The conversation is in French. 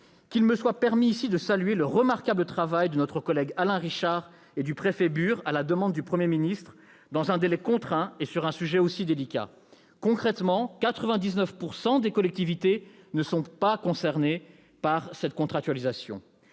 Qu'il me soit permis ici de saluer le remarquable travail mené par notre collègue Alain Richard et le préfet Dominique Bur à la demande du Premier ministre, dans un délai contraint et sur un sujet aussi délicat. Concrètement, 99 % des collectivités ne sont pas concernées par cette contractualisation.